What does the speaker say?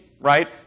right